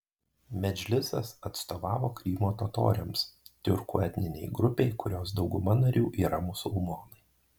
medžlisas atstovavo krymo totoriams tiurkų etninei grupei kurios dauguma narių yra musulmonai